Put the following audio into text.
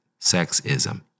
Sexism